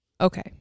Okay